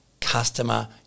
customer